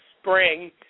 spring